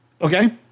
okay